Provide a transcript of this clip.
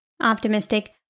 optimistic